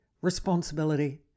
responsibility